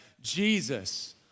Jesus